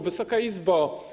Wysoka Izbo!